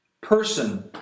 person